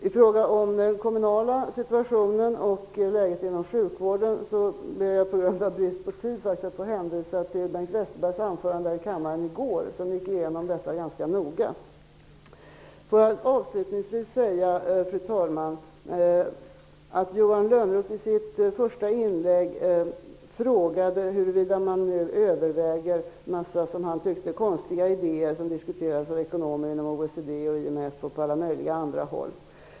I fråga om den kommunala situationen och läget inom sjukvården ber jag av brist på tid att få hänvisa till Bengt Westerbergs anförande i kammaren i går, där detta gicks igenom ganska noga. Avslutningsvis, fru talman, vill jag säga att Johan Lönnroth i sitt första inlägg frågade huruvida man nu överväger, som han tyckte, en mängd konstiga idéer som diskuteras av ekonomer inom OECD och IMF och på alla möjliga andra håll.